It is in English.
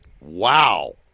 Wow